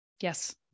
yes